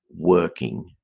working